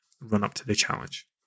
run-up-to-the-challenge